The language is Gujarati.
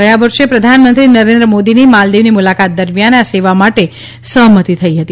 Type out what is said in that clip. ગયા વર્ષે પ્રધાનમંત્રી નરેન્દ્ર મોદીની માલદીવની મુલાકાત દરમિયાન આ સેવા માટે સહમતી થઈ હતી